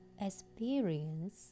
experience